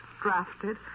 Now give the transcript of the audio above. drafted